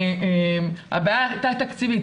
הבעיה הייתה תקציבית.